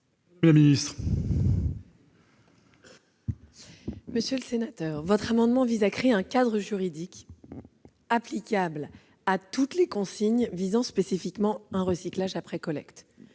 Monsieur le sénateur, votre amendement tend à créer un cadre juridique applicable à toutes les consignes visant spécifiquement un recyclage après collecte.